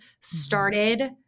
started